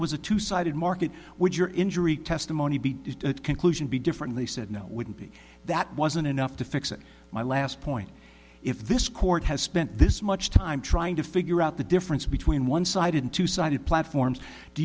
was a two sided market would your injury testimony be a conclusion be different they said no wouldn't be that wasn't enough to fix it my last point if this court has spent this much time trying to figure out the difference between one sided and two sided platforms do